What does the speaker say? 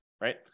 right